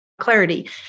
clarity